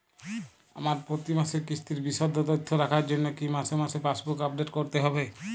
আমার প্রতি মাসের কিস্তির বিশদ তথ্য রাখার জন্য কি মাসে মাসে পাসবুক আপডেট করতে হবে?